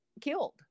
killed